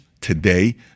today